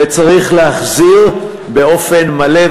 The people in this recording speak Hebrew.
וצריך להחזיר באופן מלא,